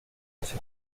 así